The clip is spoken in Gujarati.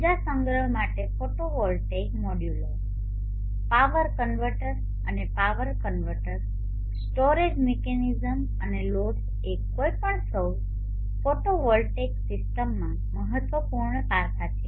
ઉર્જા સંગ્રહ માટે ફોટોવોલ્ટેઇક મોડ્યુલો પાવર કન્વર્ટર અને પાવર કન્વર્ટર સ્ટોરેજ મિકેનિઝમ્સ અને લોડ્સ એ કોઈપણ સૌર ફોટોવોલ્ટેઇક સિસ્ટમમાં મહત્વપૂર્ણ પાસા છે